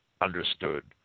understood